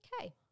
okay